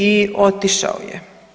I otišao je.